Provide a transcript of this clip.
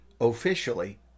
officially